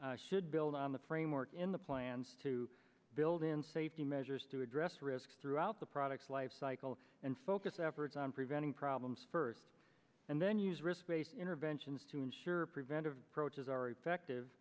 should build on the framework in the plans to build in safety measures to address risks throughout the products lifecycle and focus efforts on preventing problems first and then use risk based interventions to ensure preventive approaches are effective